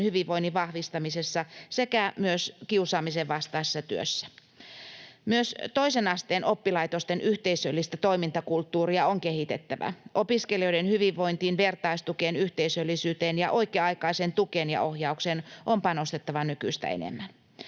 hyvinvoinnin vahvistamisessa sekä myös kiusaamisen vastaisessa työssä. Myös toisen asteen oppilaitosten yhteisöllistä toimintakulttuuria on kehitettävä. Opiskelijoiden hyvinvointiin, vertaistukeen, yhteisöllisyyteen ja oikea-aikaiseen tukeen ja ohjaukseen on panostettava nykyistä enemmän.